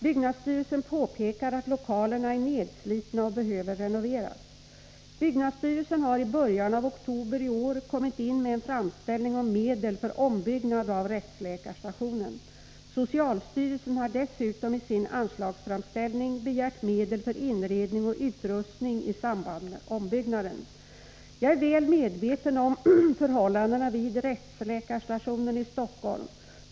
Byggnadsstyrelsen påpekar att lokalerna är nedslitna och behöver renoveras. Byggnadsstyrelsen har i början av oktober i år kommit in med en framställning om medel för ombyggnad av rättsläkarstationen. Socialstyrelsen har dessutom i sin anslagsframställning begärt medel för inredning och utrustning i samband med ombyggnaden. Jag är väl medveten om förhållandena vid rättsläkarstationen i Stockholm.